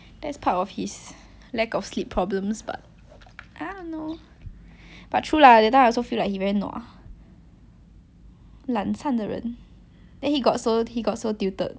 懒散的人 then he got so he got so tilted like cause we keep saying he lazy then he say something like maybe you all don't know but I don't feel good about it I was like shit so funny